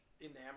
enamored